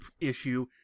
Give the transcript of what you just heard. issue